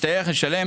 יצטרך לשלם